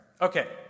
Okay